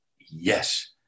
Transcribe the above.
yes